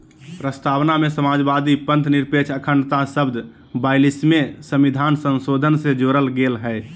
प्रस्तावना में समाजवादी, पथंनिरपेक्ष, अखण्डता शब्द ब्यालिसवें सविधान संशोधन से जोरल गेल हइ